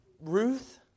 Ruth